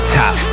top